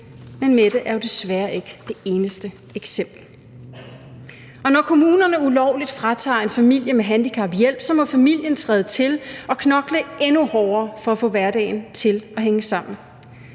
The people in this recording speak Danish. Men Mette er jo desværre ikke det eneste eksempel. Når kommunerne ulovligt fratager en familie med en handicappet hjælp, må familien træde til og knokle endnu hårdere for at få hverdagen til at hænge sammen.